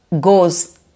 goes